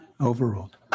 Overruled